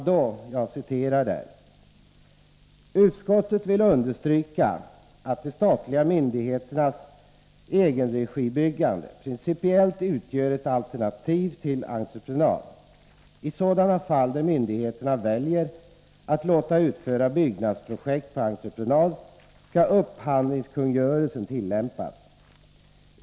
Då sade man: ”Utskottet vill understryka att de statliga myndigheternas egenregibyggande principiellt utgör ett alternativ till entreprenad. I sådana fall där myndigheterna väljer att låta utföra byggnadsprojekt på entreprenad skall upphandlingskungörelsen tillämpas.